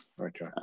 Okay